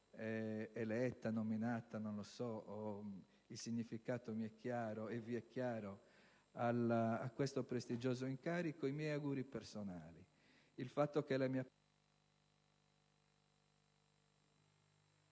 eletta (o nominata, non lo so, il significato mi è chiaro e vi è chiaro) a questo prestigioso incarico, i miei auguri personali.